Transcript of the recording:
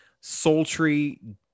sultry